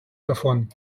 davon